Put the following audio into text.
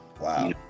Wow